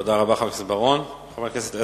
תודה רבה, חבר הכנסת בר-און.